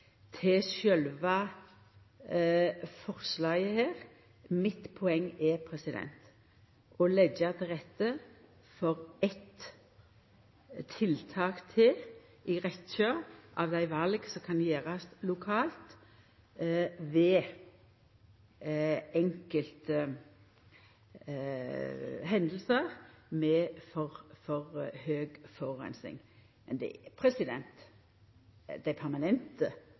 gjeld sjølve forslaget her, er mitt poeng å kunna leggja til rette for eitt tiltak meir i rekkja av dei val som kan gjerast lokalt ved einskilde hendingar med for høg forureining. Men det er dei permanente tiltaka som gjeld, og eg ynskjer Framstegspartiet velkomen med på laget for